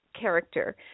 character